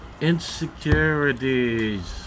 Insecurities